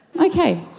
Okay